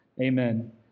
Amen